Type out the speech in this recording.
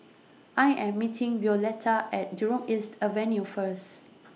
I Am meeting Violeta At Jurong East Avenue First